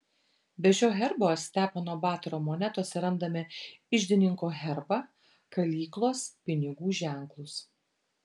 be šio herbo stepono batoro monetose randame iždininko herbą kalyklos pinigų ženklus